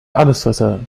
allesfresser